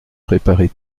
préparé